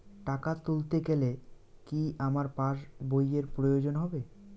টাকা তুলতে গেলে কি আমার পাশ বইয়ের প্রয়োজন হবে?